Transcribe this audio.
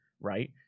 right